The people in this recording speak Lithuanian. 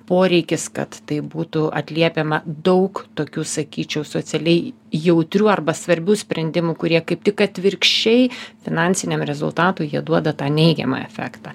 poreikis kad tai būtų atliepiama daug tokių sakyčiau socialiai jautrių arba svarbių sprendimų kurie kaip tik atvirkščiai finansiniam rezultatui jie duoda tą neigiamą efektą